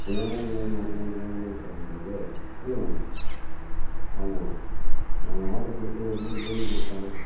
நீங்கள் என்னென்னால் இது மாதிரி மாற்றி மாற்றி பண்ணிணா என்னங்க சார் பண்ணுறது சொல்லுங்க ஆமாம் நாங்கள் ஆட்ரு கொடுத்தது வந்து பூரி கொடுத்தேன்